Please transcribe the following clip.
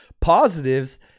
positives